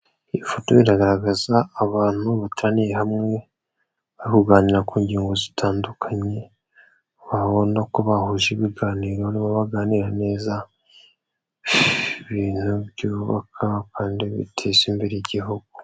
Iyi foto iragaragaza abantu bateraniye hamwe bari kuganira ku ngingo zitandukanye, ubona ko bahuje ibiganiro barimo baganira neza ibintu byubaka kandi biteza imbere igihugu.